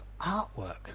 artwork